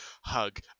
hug